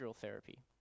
therapy